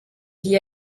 vit